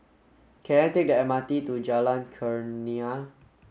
can I take the M R T to Jalan Kurnia